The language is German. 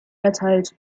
erteilt